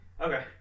Okay